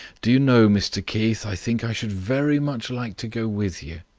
do you know, mr keith, i think i should very much like to go with you?